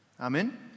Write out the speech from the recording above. Amen